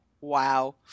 Wow